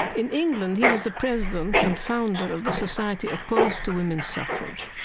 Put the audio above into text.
in england he was the president and founder of the society opposed to women's suffrage.